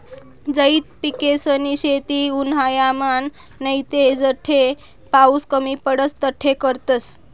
झैद पिकेसनी शेती उन्हायामान नैते जठे पाऊस कमी पडस तठे करतस